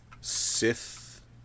Sith